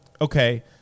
Okay